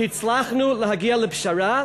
והצלחנו להגיע לפשרה,